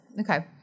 okay